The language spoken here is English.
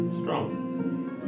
strong